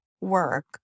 work